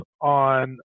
on